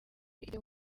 ibyo